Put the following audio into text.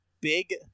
Big